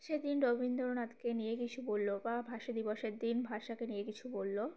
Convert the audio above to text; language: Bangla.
সেদিন রবীন্দ্রনাথকে নিয়ে কিছু বলল বা ভাষা দিবসের দিন ভাষাকে নিয়ে কিছু বলল